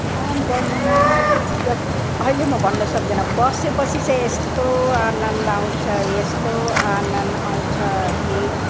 ध्यान गर्नुमा अहिले म भन्नु सक्दिनँ बसेपछि चाहिँ यस्तो आनन्द आउँछ यस्तो आनन्द आउँछ कि